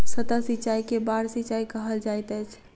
सतह सिचाई के बाढ़ सिचाई कहल जाइत अछि